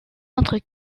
entre